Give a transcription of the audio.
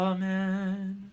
Amen